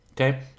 okay